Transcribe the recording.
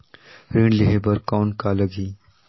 ऋण लेहे बर कौन का लगही?